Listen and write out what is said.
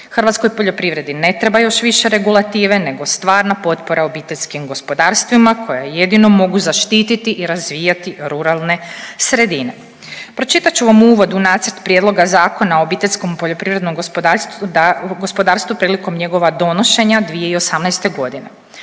Hrvatskoj poljoprivredi ne treba još više regulative nego stvarna potpora obiteljskim gospodarstvima koja jedino mogu zaštiti i razvijati ruralne sredine. Pročitat ću vam u uvodu Nacrt prijedloga Zakona o OPG-u prilikom njegova donošenja 2018.g.